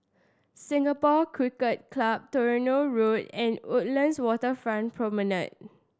Singapore Cricket Club Tronoh Road and Woodlands Waterfront Promenade